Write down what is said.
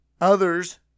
Others